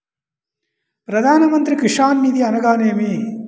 ప్రధాన మంత్రి కిసాన్ నిధి అనగా నేమి?